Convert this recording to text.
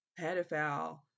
pedophile